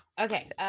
Okay